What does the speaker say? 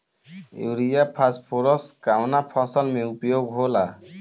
Urea phosphorus कवना फ़सल में उपयोग होला?